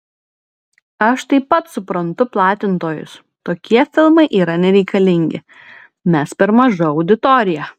aš taip pat suprantu platintojus tokie filmai yra nereikalingi mes per maža auditorija